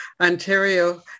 Ontario